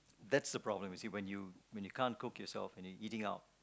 that's the problem you see when you when you can't cook yourself and you're eating out